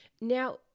Now